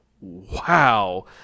wow